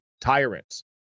tyrants